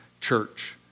church